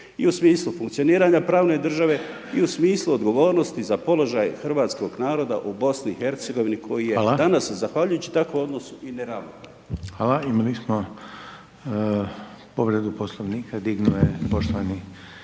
I u smislu funkcioniranja pravne države i u smislu odgovornosti za položaj hrvatskog naroda u BIH koji je danas zahvaljujući takvom odnosu i neravnopravan. **Reiner, Željko (HDZ)** Hvala. Imali smo povredu Poslovnika dignuo je poštovani